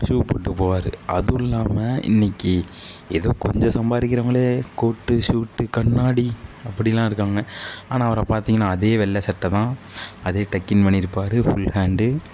shoe போட்டு போவார் அதுவும் இல்லாமல் இன்னைக்கி ஏதோ கொஞ்சம் சம்பாதிக்கிறவங்களே கோட்டு ஷூட்டு கண்ணாடி அப்படிலாம் இருக்காங்க ஆனால் அவரை பார்த்திங்கனா அதே வெள்ளை சட்டை தான் அதே டக்கின் பண்ணியிருப்பாரு ஃபுல் ஹேண்டு